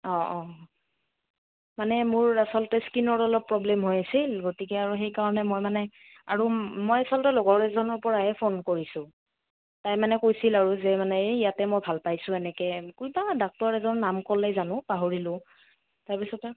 অ' অ' মানে মোৰ আচলতে স্কীণৰ অলপ প্ৰব্লেম হৈ আছিল গতিকে আৰু সেইকাৰণে মই মানে আৰু মই আচলতে লগৰ এজনৰ পৰাহে ফোন কৰিছোঁ তাই মানে কৈছিল আৰু যে মানে এই ইয়াতে মই ভাল পাইছোঁ এনেকৈ কিবা ডাক্টৰ এজন নাম ক'লে জানো পাহৰিলোঁ তাৰপিছতে